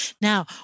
Now